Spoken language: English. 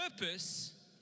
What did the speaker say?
purpose